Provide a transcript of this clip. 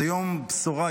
זה יום בשורה,